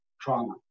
trauma